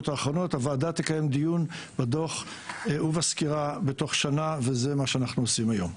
"הוועדה תקיים דיון בדוח ובסקירה בתוך שנה" וזה מה שאנחנו עושים היום.